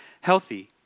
healthy